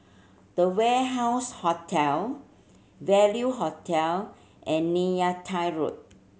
The Warehouse Hotel Value Hotel and Road